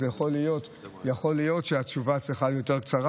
התשובה יכולה להיות יותר קצרה.